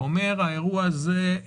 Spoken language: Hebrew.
אתה אומר שהאירוע הזה,